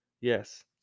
Yes